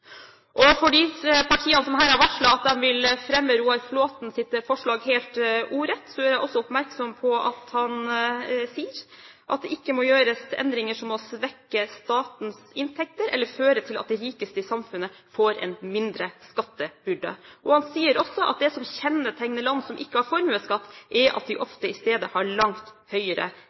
velferd.» For de partiene som her har varslet at de vil fremme Roar Flåthens forslag helt ordrett, gjør jeg også oppmerksom på at han sier at «skal det gjøres endringer må ikke det svekke statens inntekter eller føre til at de rikeste i samfunnet får en mindre skattebyrde.» Han sier også: «Det som kjennetegner land som ikke har formuesskatt, er at de ofte i stedet har langt høyere